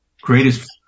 greatest